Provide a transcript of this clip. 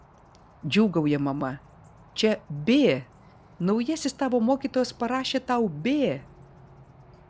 džiūgauja mama čia b naujasis tavo mokytojas parašė tau b